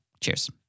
Cheers